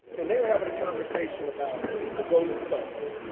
and they were having a conversation about the rolling stones.